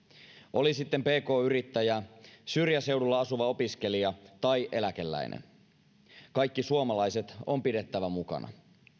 oli sitten pk yrittäjä syrjäseudulla asuva opiskelija tai eläkeläinen kaikki suomalaiset on pidettävä mukana